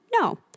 No